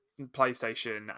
playstation